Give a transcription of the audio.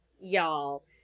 y'all